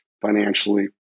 financially